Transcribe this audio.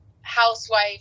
housewife